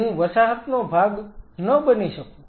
હવે હું વસાહતનો ભાગ ન બની શકું